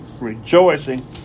rejoicing